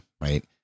right